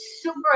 super